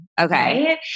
Okay